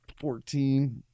Fourteen